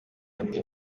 bwe